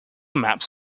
maps